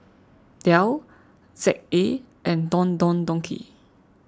Dell Z A and Don Don Donki